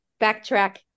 Backtrack